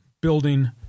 building